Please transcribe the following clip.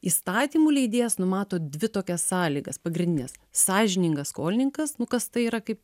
įstatymų leidėjas numato dvi tokias sąlygas pagrindinės sąžiningas skolininkas nu kas tai yra kaip